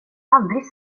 aldrig